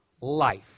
life